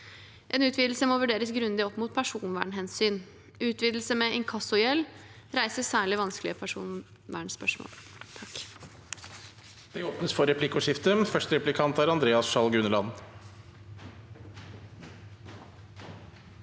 En utvidelse må vurderes grundig opp mot personvernhensyn. En utvidelse med inkassogjeld reiser særlig vanskelige personvernspørsmål.